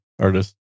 artist